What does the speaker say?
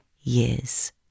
years